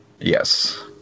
Yes